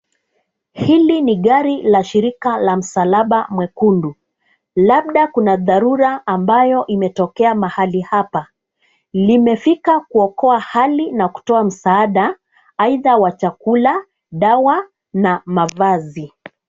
Hili ni gari la shirika la msalaba mwekundu. Labda kuna dharura ambayo imetokea mahali hapa. Limefika kuokoa hali na kuota msaada aidha wa chakula, dawa na mavazi.